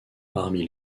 parmi